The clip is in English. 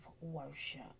Worship